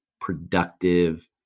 productive